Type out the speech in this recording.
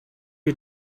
you